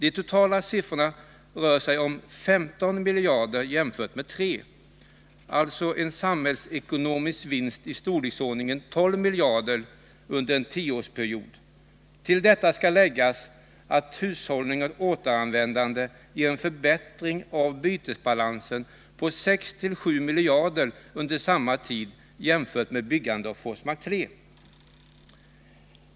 I totala siffror rör det sig om 15 miljarder kronor jämfört med 3 miljarder kronor — alltså en samhällsekonomisk vinst av storleksordningen 12 miljarder kronor under en tioårsperiod. Till detta skall läggas att hushållning och återanvändning ger en förbättring av bytesbalansen med 6-7 miljarder kronor under samma tid, detta om man jämför med kostnaderna för utbyggnad av Forsmark 3.